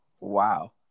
Wow